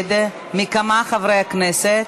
להתנגד מכמה חברי כנסת.